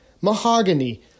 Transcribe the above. mahogany